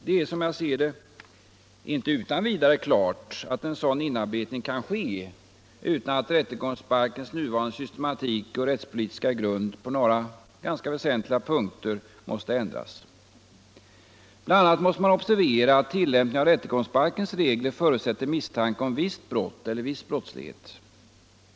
Det är, som jag ser det, inte utan vidare klart att en sådan inarbetning kan ske utan att rättegångsbalkens nuvarande systematik och rättspolitiska grund på några ganska väsentliga punkter måste ändras. Bl. a. måste man observera att tillämpningen av rättegångsbalkens regler förutsätter misstanke om visst brott eller viss brottslighet.